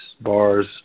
bars